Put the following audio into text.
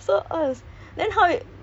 no I feel like I want to get